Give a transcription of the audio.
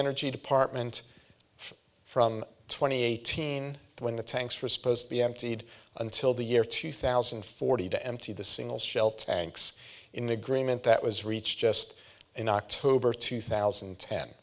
energy department from twenty eighteen when the tanks for supposed be emptied until the year two thousand and forty to empty the single shell tanks in agreement that was reached just in october two thousand